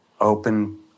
open